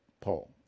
poll